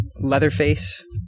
Leatherface